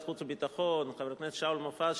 החוץ והביטחון חבר הכנסת שאול מופז,